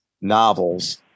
Novels